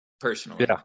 personally